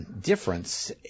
difference